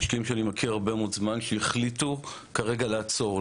משקיעים שאני מכיר הרבה מאוד זמן שהחליטו כרגע לעצור,